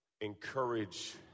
Encourage